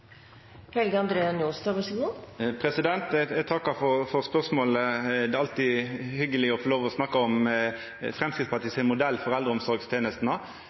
for spørsmålet. Det er alltid hyggjeleg å få lov til å snakka om Framstegspartiet sin modell for